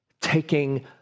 taking